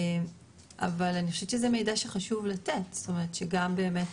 אבל אני חושבת שזה מידע שחשוב לתת שגם באמת